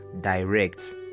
direct